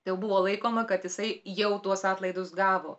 tai jau buvo laikoma kad jisai jau tuos atlaidus gavo